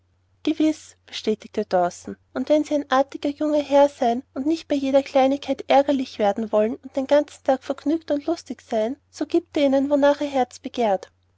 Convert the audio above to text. gewiß bestätigte dawson und wenn sie ein artiger junger herr sein und nicht bei jeder kleinigkeit ärgerlich werden wollen und den ganzen tag vergnügt und lustig sein so gibt er ihnen wonach ihr herz begehrt